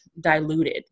diluted